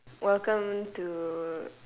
welcome to